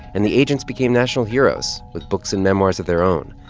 and the agents became national heroes with books and memoirs of their own.